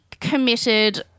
committed